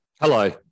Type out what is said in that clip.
Hello